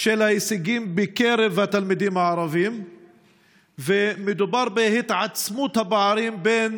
של ההישגים בקרב התלמידים הערבים ומדובר בהתעצמות הפערים בין